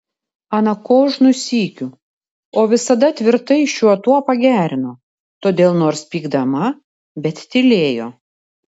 ana kožnu sykiu o visada tvirtai šiuo tuo pagerino todėl nors pykdama bet tylėjo